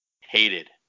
Hated